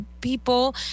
people